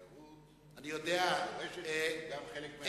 גם מורשת היא חלק מהתיירות,